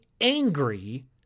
angry